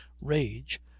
rage